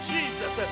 Jesus